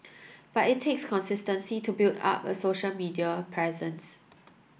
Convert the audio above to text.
but it takes consistency to build up a social media presence